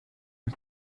mit